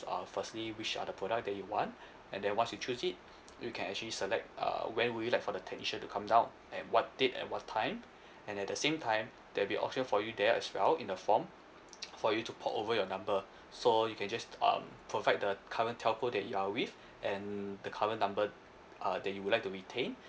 uh firstly which are the product that you want and then once you choose it you can actually select uh when would you like for the technician to come down at what date and what time and at the same time there'll be option for you there as well in the form for you to port over your number so you can just um provide the current telco that you are with and the current number uh that you would like to retain